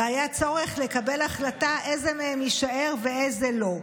והיה צורך לקבל החלטה איזה מהם יישאר ואיזה לא.